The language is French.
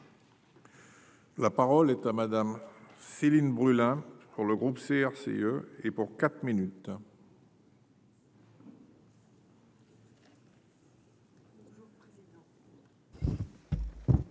La parole est à madame Céline Brulin pour le groupe CRCE et pour quatre minutes.